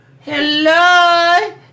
Hello